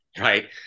right